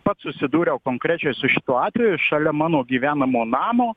pats susidūriau konkrečiai su šituo atveju šalia mano gyvenamo namo